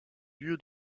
lieu